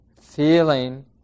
feeling